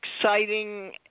exciting